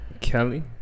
Kelly